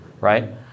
right